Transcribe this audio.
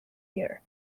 year